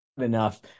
enough